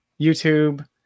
YouTube